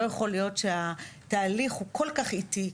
לא יכול להיות שהתהליך הוא כל כך איטי,